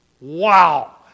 Wow